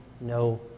no